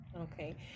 Okay